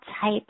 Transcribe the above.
type